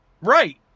Right